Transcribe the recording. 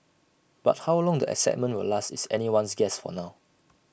but how long the excitement will last is anyone's guess for now